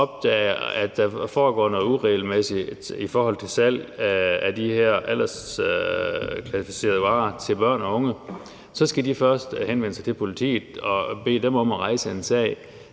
opdager, at der foregår noget uregelmæssigt i forhold til salg af de her aldersklassificerede varer til børn og unge, så skal de først henvende sig til politiet og bede dem om at rejse en sag.